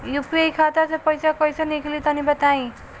UPI खाता से पइसा कइसे निकली तनि बताई?